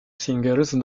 singles